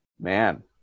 man